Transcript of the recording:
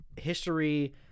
history